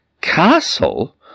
castle